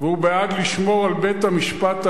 והוא בעד לשמור על בית-המשפט העליון.